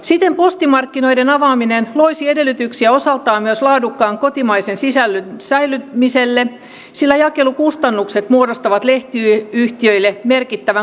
siten postimarkkinoiden avaaminen loisi edellytyksiä osaltaan myös laadukkaan kotimaisen sisällön säilymiselle sillä jakelukustannukset muodostavat lehtiyhtiöille merkittävän kuluerän